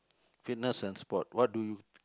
fitness and sport what do you